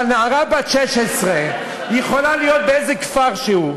אבל נערה בת 16 יכולה להיות באיזה כפר שהוא,